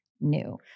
New